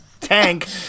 tank